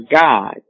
God